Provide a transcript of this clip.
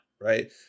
right